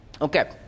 Okay